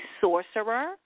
sorcerer